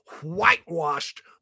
whitewashed